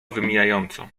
wymijająco